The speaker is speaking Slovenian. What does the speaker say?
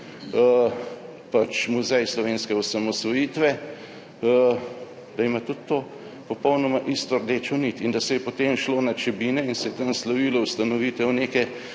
Muzej slovenske osamosvojitve, tudi popolnoma isto rdečo nit. In da se je potem šlo na Čebine in se je tam slavilo ustanovitev neke